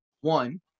one